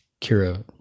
Kira